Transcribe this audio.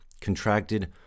contracted